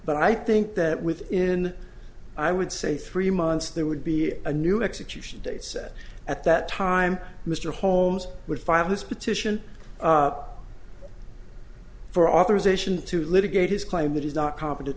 but i think that within i would say three months there would be a new execution date set at that time mr holmes would five this petition for authorization to litigate his claim that he's not competent